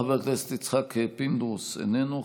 חבר הכנסת יצחק פינדרוס, איננו.